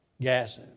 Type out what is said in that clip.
gas